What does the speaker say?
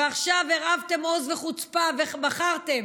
ועכשיו הרהבתם עוז וחוצפה ובחרתם